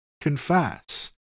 confess